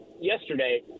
yesterday